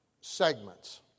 segments